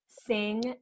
sing